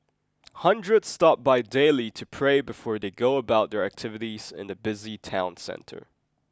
hundreds stop by daily to pray before they go about their activities in the busy town centre